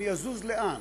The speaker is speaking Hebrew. אני אזוז לאן?